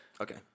okay